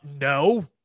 No